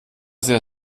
sehr